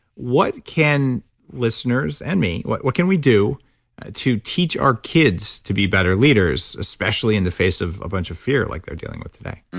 what can listeners and me, what what can we do to teach our kids to be better leaders, especially in the face of a bunch of fear like they're dealing with today?